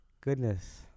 goodness